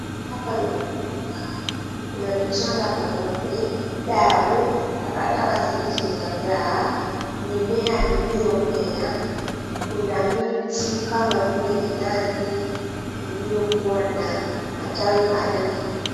Hapa ni ufuo wa bahari. Kuna michanga meupe, dau, takataka zilizozagaa, mimea iliyomea. Kuna miti kama vile minazi iliyokua na matawi marefu.